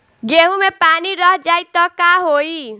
गेंहू मे पानी रह जाई त का होई?